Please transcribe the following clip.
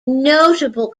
notable